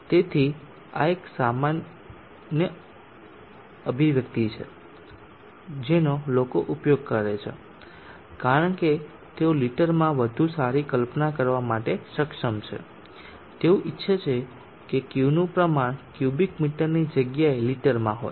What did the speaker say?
તેથી આ એક અન્ય અભિવ્યક્તિ છે જેનો લોકો ઉપયોગ કરે છે કારણ કે તેઓ લિટરમાં વધુ સારી કલ્પના કરવા માટે સક્ષમ છે તેઓ ઇચ્છે છે કે Qનું પ્રમાણ ક્યુબિક મીટરની જગ્યાએ લિટરમાં હોય